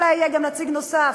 אלא יהיה גם נציג נוסף,